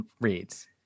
reads